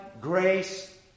grace